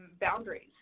boundaries